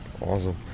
Awesome